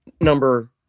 number